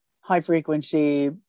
high-frequency